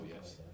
yes